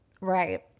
Right